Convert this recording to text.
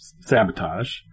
sabotage